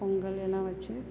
பொங்கல் எல்லாம் வச்சு